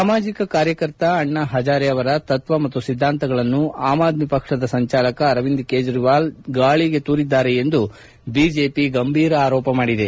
ಸಾಮಾಜಿಕ ಕಾರ್ಯಕರ್ತ ಅಣ್ಣಾ ಹಜಾರೆ ಅವರ ತತ್ತ ಮತ್ತು ಸಿದ್ಗಾಂತಗಳನ್ನು ಅಮ್ಆದ್ಗಿ ಪಕ್ಷದ ಸಂಚಾಲಕ ಅರವಿಂದ್ ಕೇಜ್ರವಾಲ್ ಗಾಳಗೆ ತೂರಿದ್ದಾರೆ ಎಂದು ಬಿಜೆಪಿ ಗಂಭೀರ ಆರೋಪ ಮಾಡಿದೆ